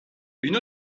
une